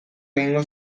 egingo